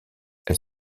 elle